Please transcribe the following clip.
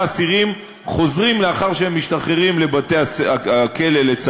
אסירים חוזרים לבתי-הכלא לאחר שהם משתחררים,